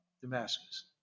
Damascus